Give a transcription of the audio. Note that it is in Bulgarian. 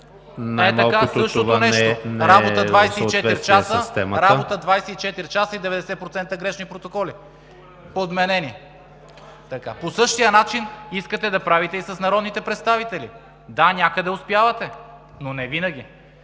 с темата. ГЕОРГИ СВИЛЕНСКИ: Работа 24 часа и 90% грешни протоколи, подменени. По същия начин искате да правите и с народните представители. Да, някъде успявате, но не винаги.